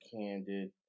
candid